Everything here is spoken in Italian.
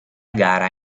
gara